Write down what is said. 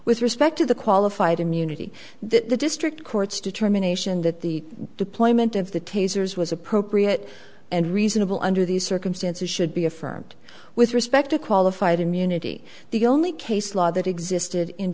with respect to the qualified immunity that the district court's determination that the deployment of the tasers was appropriate and reasonable under these circumstances should be affirmed with respect to qualified immunity the only case law that existed in